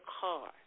car